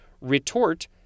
Retort